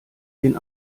den